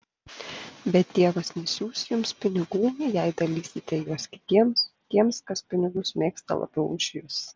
bet dievas nesiųs jums pinigų jei dalysite juos kitiems tiems kas pinigus mėgsta labiau už jus